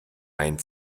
ein